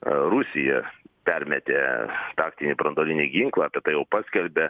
rusija permetė taktinį branduolinį ginklą tada jau paskelbė